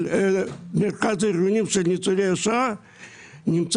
אבל מרכז הארגונים של ניצולי השואה נמצא